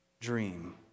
dream